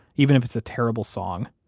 even if it's a terrible song?